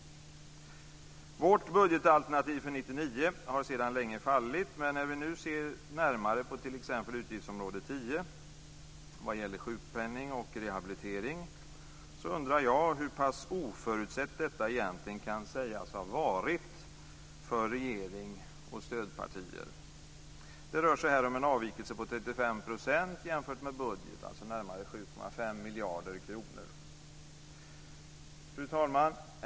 Vårt budgetalternativ för 1999 har sedan länge fallit, men när vi nu ser närmare på t.ex. utgiftsområde 10, vad gäller sjukpenning och rehabilitering, undrar jag hur pass oförutsett detta egentligen kan sägas ha varit för regering och stödpartier. Det rör sig här om en avvikelse på 35 % jämfört med budget, alltså närmare 7,5 miljarder kronor. Fru talman!